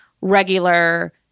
regular